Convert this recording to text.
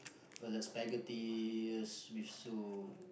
or there's spaghetti with soup